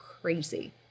crazy